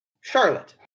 Charlotte